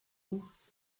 ours